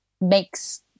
makes